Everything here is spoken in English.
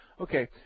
Okay